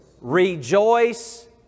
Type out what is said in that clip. Rejoice